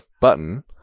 button